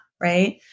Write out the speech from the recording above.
Right